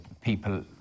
people